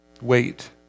wait